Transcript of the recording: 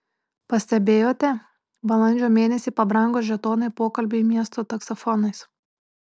pastebėjote balandžio mėnesį pabrango žetonai pokalbiui miesto taksofonais